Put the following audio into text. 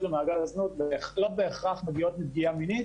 למעגל הזנות לא בהכרח מגיעות מפגיעה מינית